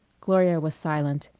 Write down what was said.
gloria was silent.